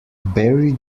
berry